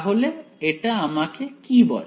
তাহলে এটা আমাকে কি বলে